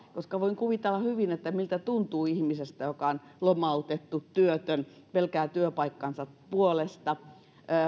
koska voin kuvitella hyvin miltä tuntuu ihmisestä joka on lomautettu työtön pelkää työpaikkansa puolesta